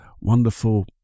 wonderful